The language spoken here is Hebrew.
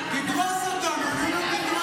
תדרוס אותנו, תדרוס אותנו.